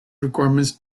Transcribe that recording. requirements